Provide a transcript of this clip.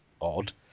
odd